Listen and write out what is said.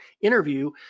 interview